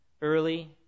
early